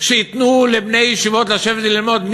שייתנו לבני ישיבות לשבת ללמוד,